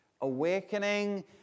awakening